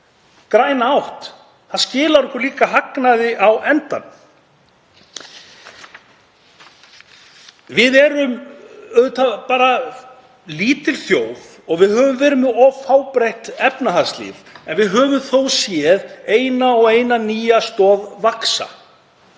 græna átt, skila okkur líka hagnaði á endanum. Við erum auðvitað lítil þjóð og við höfum verið með of fábreytt efnahagslíf en við höfum þó séð eina og eina nýja stoð vaxa.